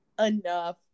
enough